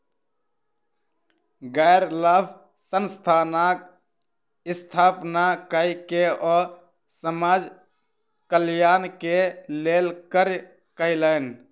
गैर लाभ संस्थानक स्थापना कय के ओ समाज कल्याण के लेल कार्य कयलैन